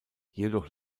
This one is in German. jedoch